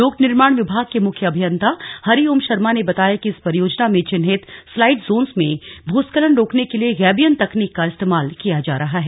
लोक निर्माण विभाग के मुख्य अभियंता हरि ओम शर्मा ने बताया कि इस परियोजना में चिन्हित स्लाइड जोन्स में भूस्खलन रोकने के लिए गैबियन तकनीक का इस्तेमाल किया जा रहा है